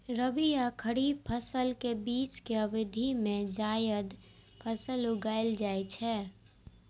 रबी आ खरीफ फसल के बीच के अवधि मे जायद फसल उगाएल जाइ छै